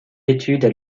études